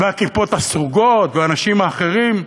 והכיפות הסרוגות, והאנשים האחרים.